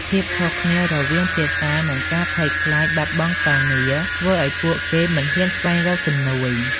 ភាពខុសគ្នារវាងភាសា និងការភ័យខ្លាចបាត់បង់ការងារធ្វើឲ្យពួកគេមិនហ៊ានស្វែងរកជំនួយ។